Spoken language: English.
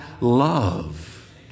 love